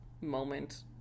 moment